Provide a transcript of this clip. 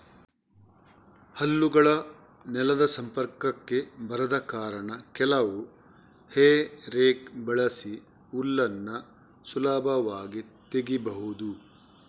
ಹಲ್ಲುಗಳು ನೆಲದ ಸಂಪರ್ಕಕ್ಕೆ ಬರದ ಕಾರಣ ಕೆಲವು ಹೇ ರೇಕ್ ಬಳಸಿ ಹುಲ್ಲನ್ನ ಸುಲಭವಾಗಿ ತೆಗೀಬಹುದು